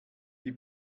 die